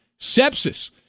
sepsis